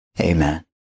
Amen